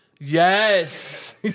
Yes